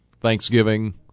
Thanksgiving